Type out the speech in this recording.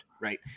right